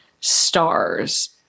stars